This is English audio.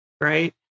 right